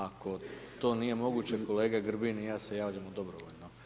Ako to nije moguće, kolega Grbin i ja se javljamo dobrovoljno.